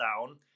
down